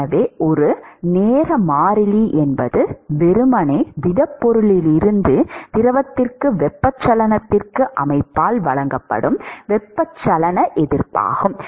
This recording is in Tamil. எனவே ஒரு நேர மாறிலி என்பது வெறுமனே திடப்பொருளிலிருந்து திரவத்திற்கு வெப்பச்சலனத்திற்கு அமைப்பால் வழங்கப்படும் வெப்பச்சலன எதிர்ப்பாகும்